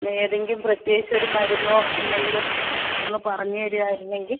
ഏതെങ്കിലും പ്രത്യേകിച്ചു ഒരു മരുന്നോ എന്തെങ്കിലും ഒന്ന് പറഞ്ഞു തരികയായിരുന്നെങ്കിൽ